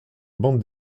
bande